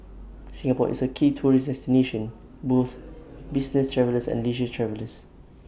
Singapore is A key tourist destination both business travellers and leisure travellers